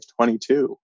22